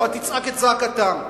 רק תצעק את זעקתם.